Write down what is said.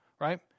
right